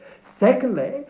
Secondly